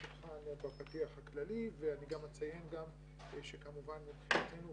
אני אציין גם שמבחינתנו,